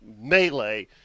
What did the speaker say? melee